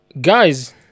guys